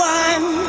one